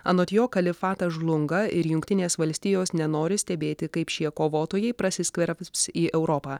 anot jo kalifatas žlunga ir jungtinės valstijos nenori stebėti kaip šie kovotojai prasiskverbs į europą